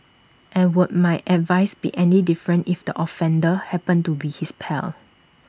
and would my advice be any different if the offender happened to be his pal